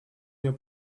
nią